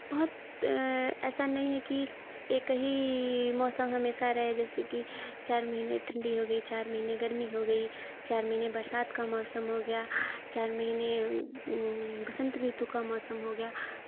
बहुत ऐसा नहीं है कि एक ही मौसम हमेशा रहे जैसे कि चार महीने ठंडी हो गई चार महीने गर्मी हो गई चार महीने बरसात का मौसम हो गया चार महीने बसंत ऋतु का मौसम हो गया